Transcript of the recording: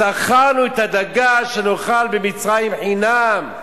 זכרנו את הדגה שנאכל במצרים חינם.